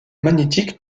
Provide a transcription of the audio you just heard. magnétique